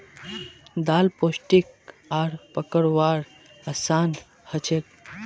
दाल पोष्टिक आर पकव्वार असान हछेक